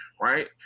right